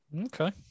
okay